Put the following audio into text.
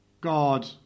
God